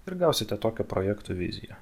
ir gausite tokio projekto viziją